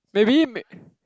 maybe may